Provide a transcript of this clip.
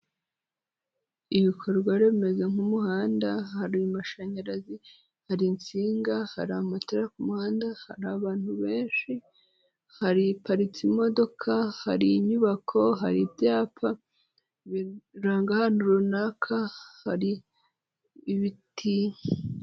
Ibikorwaremezo nk'umuhanda, hari amashanyarazi, hari insinga, hari amatara ku muhanda hari abantu benshi, haparitse imodoka, hari inyubako, hari ibyapa biranga ahantu runaka, hari ibiti.